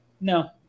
no